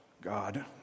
God